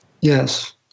Yes